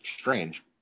strange